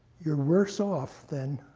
you're worse off than